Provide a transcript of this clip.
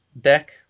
deck